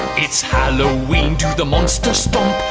it's halloween. do the monster stomp.